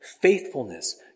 faithfulness